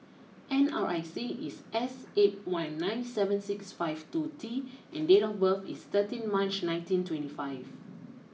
N R I C is S eight one nine seven six five two T and date of birth is thirteen March nineteen twenty five